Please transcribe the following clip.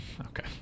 Okay